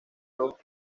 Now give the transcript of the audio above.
los